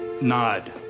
nod